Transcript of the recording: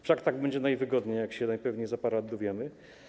Wszak tak będzie najwygodniej, jak się najpewniej za parę lat dowiemy.